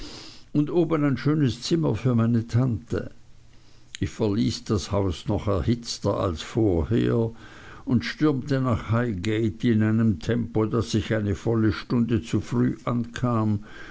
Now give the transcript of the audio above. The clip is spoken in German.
und oben ein schönes zimmer für meine tante ich verließ das haus noch erhitzter als vorher und stürmte nach highgate in einem tempo daß ich eine volle stunde zu früh ankam